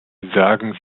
sagen